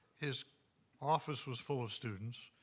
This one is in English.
his office was full of students,